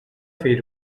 fer